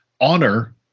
honor